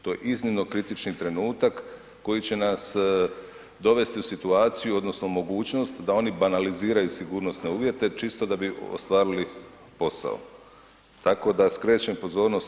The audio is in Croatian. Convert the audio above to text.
To je iznimno kritični trenutak koji će nas dovesti u situaciju odnosno mogućnost da oni banaliziraju sigurnosne uvjete čito da bi ostvarili posao, tako da skrećem pozornost.